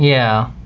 yeah.